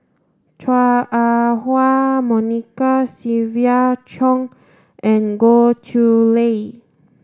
Chua Ah Huwa Monica Siva Choy and Goh Chiew Lye